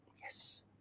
Yes